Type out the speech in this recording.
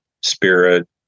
spirit